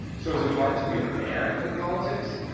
so is it hard to be a man in politics?